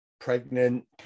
pregnant